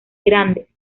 grandes